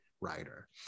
writer